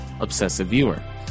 obsessiveviewer